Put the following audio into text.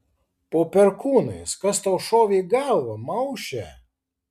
po perkūnais kas tau šovė į galvą mauše